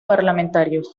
parlamentarios